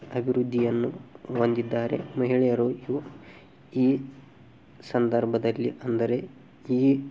ಅಭಿವೃದ್ಧಿಯನ್ನು ಹೊಂದಿದ್ದಾರೆ ಮಹಿಳೆಯರಿಗೂ ಈ ಸಂದರ್ಭದಲ್ಲಿ ಅಂದರೆ ಈ